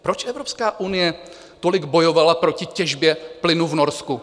Proč Evropská unie tolik bojovala proti těžbě plynu v Norsku?